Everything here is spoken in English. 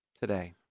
today